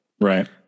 Right